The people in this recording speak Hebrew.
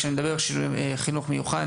כשאני מדבר על חינוך מיוחד,